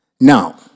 Now